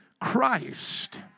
Christ